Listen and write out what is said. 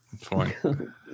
fine